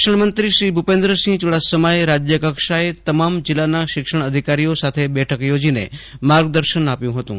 શિક્ષણ મંત્રી શ્રી ભૂપેન્દ્રસિંહ ચુડાસમાએ રાજયકક્ષાએ તમામ જિલ્લાના શિક્ષણ અધિકારીઓ સાથે બેઠક યોજીને માર્ગદર્શન આપ્યું હતું